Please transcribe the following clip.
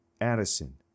Addison